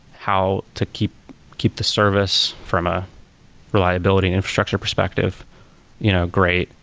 how to keep keep the service from a reliability infrastructure perspective you know great,